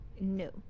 No